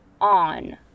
on